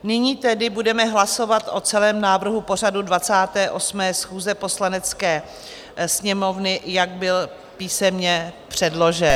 Nyní tedy budeme hlasovat o celém návrhu pořadu 28. schůze Poslanecké sněmovny, jak byl písemně předložen.